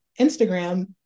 Instagram